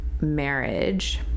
marriage